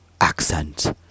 accent